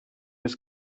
eus